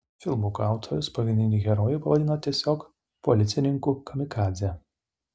filmuko autorius pagrindinį herojų pavadino tiesiog policininku kamikadze